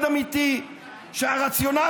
לא ראוי